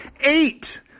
Eight